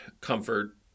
comfort